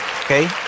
Okay